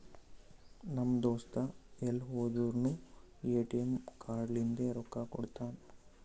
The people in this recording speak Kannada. ನಮ್ ದೋಸ್ತ ಎಲ್ ಹೋದುರ್ನು ಎ.ಟಿ.ಎಮ್ ಕಾರ್ಡ್ ಲಿಂತೆ ರೊಕ್ಕಾ ಕೊಡ್ತಾನ್